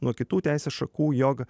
nuo kitų teisės šakų jog